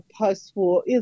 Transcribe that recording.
post-war –